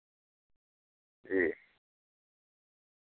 جی